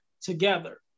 together